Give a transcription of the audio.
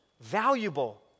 valuable